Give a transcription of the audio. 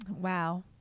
Wow